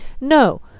No